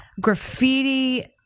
graffiti